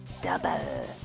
double